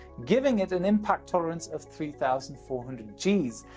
giving it an impact tolerance of three thousand four hundred g's,